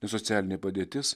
ne socialinė padėtis